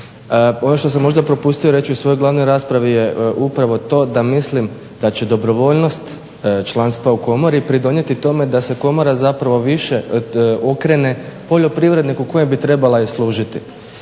Ono što sam možda propustio reći u svojoj glavnoj raspravi je upravo to da mislim da će dobrovoljnost članstva u komori pridonijeti tome da se komora zapravo više okrene poljoprivredniku kojem bi trebala i služiti.